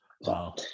wow